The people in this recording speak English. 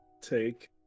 take